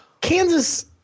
Kansas